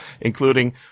including